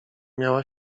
miała